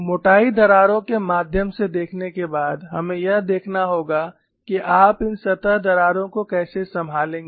मोटाई दरारों के माध्यम से देखने के बाद हमें यह देखना होगा कि आप इन सतह दरारों को कैसे संभालेंगे